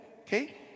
okay